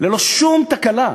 ללא שום תקלה.